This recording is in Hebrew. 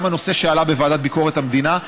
גם הנושא שעלה בוועדה לביקורת המדינה,